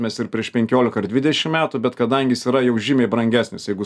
mes ir prieš penkioliką ir dvidešim metų bet kadangi jis yra jau žymiai brangesnis jeigu